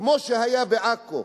כמו שהיה בעכו.